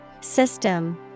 System